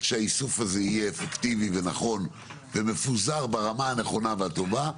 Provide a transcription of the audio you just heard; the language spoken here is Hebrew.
שהאיסוף הזה יהיה אפקטיבי ונכון ומפוזר ברמה הנכונה והטובה,